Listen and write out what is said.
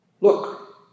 Look